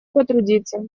потрудиться